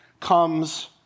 comes